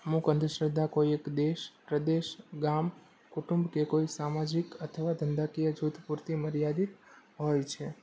અમુક અંધ શ્રદ્ધા કોઈ એક દેશ પ્રદેશ ગામ કુટુંબ કે કોઈ સામાજિક અથવા ધંધાકીય જુથ પૂરતી મર્યાદિત હોય છે